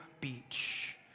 beach